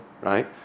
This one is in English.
right